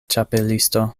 ĉapelisto